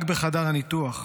רק בחדר הניתוח,